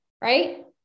Right